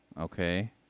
Okay